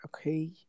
okay